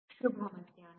ಶುಭ ಮಧ್ಯಾಹ್ನ